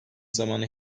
zamanı